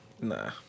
Nah